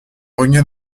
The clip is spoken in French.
regain